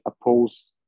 oppose